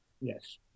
yes